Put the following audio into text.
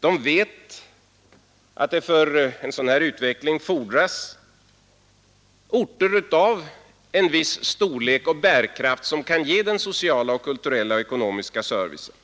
De vet att det för en sådan här utveckling fordras orter av en viss storlek och bärkraft som kan ge den sociala, kulturella och ekonomiska servicen.